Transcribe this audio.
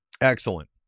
Excellent